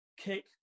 kick